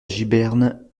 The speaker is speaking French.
giberne